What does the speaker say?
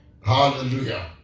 Hallelujah